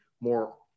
more